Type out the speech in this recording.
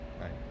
Right